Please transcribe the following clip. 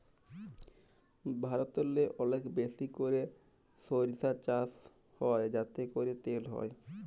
ভারতেল্লে অলেক বেশি ক্যইরে সইরসা চাষ হ্যয় যাতে ক্যইরে তেল হ্যয়